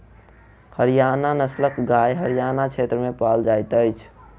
हरयाणा नस्लक गाय हरयाण क्षेत्र में पाओल जाइत अछि